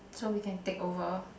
so we can take over